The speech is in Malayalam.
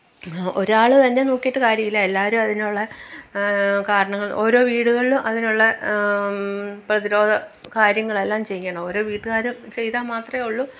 ഒരാള് തന്നെ നോക്കിയി കാര്യവില്ല എല്ലാവരും അതിനുള്ള കാരണങ്ങള് ഓരോ വീടുകളില് അതിനുള്ള പ്രതിരോധ കാര്യങ്ങളെല്ലാം ചെയ്യണം ഓരോ വീട്ടുകാര് ചെയ്താൽ മാത്രമേ ഉള്ളൂ